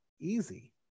easy